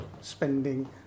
spending